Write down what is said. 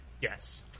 Yes